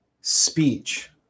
speech